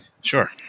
Sure